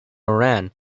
moran